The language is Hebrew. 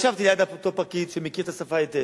ישבתי ליד אותו פקיד שמכיר את השפה היטב.